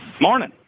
Morning